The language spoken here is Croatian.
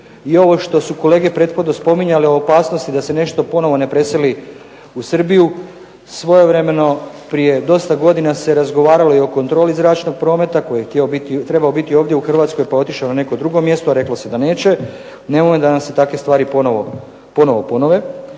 i ovo što su kolege prethodno spominjale o opasnosti da se nešto ponovo ne preseli u Srbiju, svojevremeno prije dosta godina se razgovaralo i o kontroli zračnog prometa, koji je trebao biti ovdje u Hrvatskoj, pa je otišao u neko drugo mjesto, a reklo se da neće. Nemojmo da nam se takve stvari ponovo ponove.